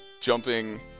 jumping